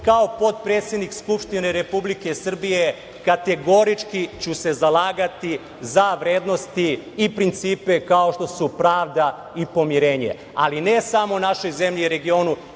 kao potpredsednik Skupštine Republike Srbije kategorički ću se zalagati za vrednosti i principe kao što su pravda i pomirenja, ali ne samo u našoj zemlji i regionu,